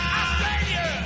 Australia